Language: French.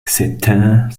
c’étaient